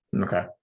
Okay